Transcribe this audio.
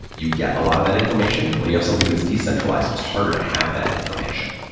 you get a lot of that information. when you have something that's decentralized, it's harder to have that information.